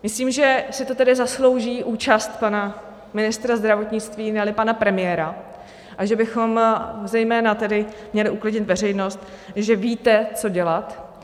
Myslím, že si to tedy zaslouží účast pana ministra zdravotnictví, neli pana premiéra, a že bychom zejména měli uklidnit veřejnost, že víte, co dělat.